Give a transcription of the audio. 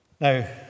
Now